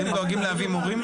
אתם דואגים להביא מורים?